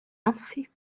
lancée